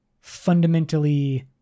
fundamentally